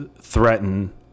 threaten